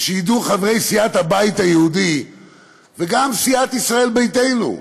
ושידעו חברי סיעת הבית היהודי וגם סיעת ישראל ביתנו,